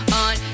on